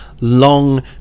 long